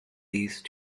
these